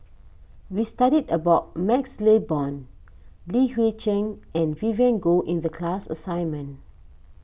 we studied about MaxLe Blond Li Hui Cheng and Vivien Goh in the class assignment